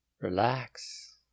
relax